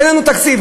אין לנו תקציב.